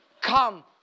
come